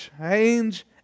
change